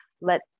let